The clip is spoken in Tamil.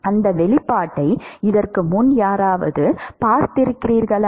அந்த வெளிப்பாட்டை இதற்கு முன் யாராவது பார்த்திருக்கிறார்களா